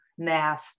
NAF